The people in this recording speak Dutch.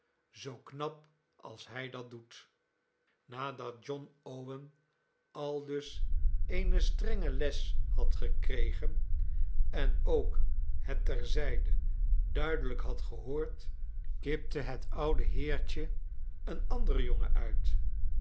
zoo knap als hij dat doet nadat john owen aldus eene strenge les had gekregen en ook het ter zijde duidelijk had gehoord kipte het oude heertje een anderen jongen uit